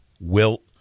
wilt